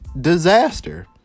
disaster